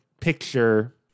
picture